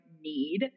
need